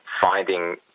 finding